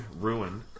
Ruin